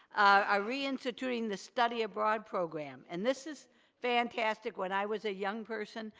are re-instituting the study abroad program. and this is fantastic, when i was a young person,